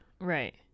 Right